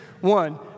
One